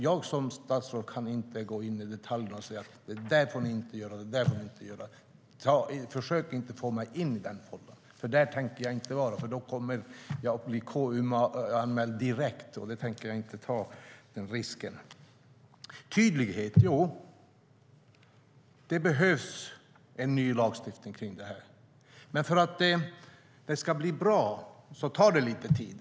Jag som statsråd kan inte gå in i detaljer och säga: Det där och det där får ni inte göra. Försök inte att få mig in i den fållan! Där tänker jag inte vara, för då kommer jag att bli KU-anmäld direkt. Den risken tänker jag inte ta. Tydlighet - jo, det behövs en ny lagstiftning kring detta, men för att den ska bli bra tar det lite tid.